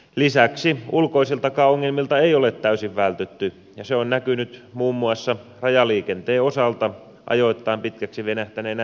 lisäksi ulkoisiltakaan ongelmilta ei ole täysin vältytty ja se on näkynyt muun muassa rajaliikenteen osalta ajoittain pitkiksi venähtäneinä rekkajonoina